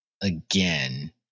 again